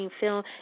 film